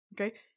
okay